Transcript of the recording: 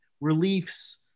reliefs